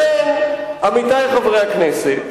עמיתי חברי הכנסת,